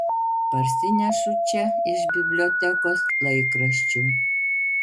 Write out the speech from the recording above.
parsinešu čia iš bibliotekos laikraščių